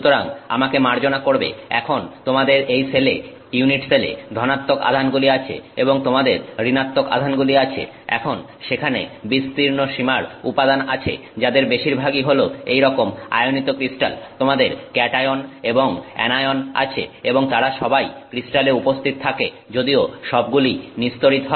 সুতরাং আমাকে মার্জনা করবে এখন তোমাদের এই সেলে ইউনিট সেলে ধনাত্মক আধানগুলি আছে এবং তোমাদের ঋণাত্মক আধানগুলি আছে এখন সেখানে বিস্তীর্ণ সীমার উপাদান আছে যাদের বেশিরভাগই হল এইরকম আয়নিত ক্রিস্টাল তোমাদের ক্যাটায়ন এবং অ্যানায়ন আছে এবং তারা সবাই ক্রিস্টালে উপস্থিত থাকে যদিও সবগুলিই নিস্তড়িত হয়